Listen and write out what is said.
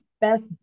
best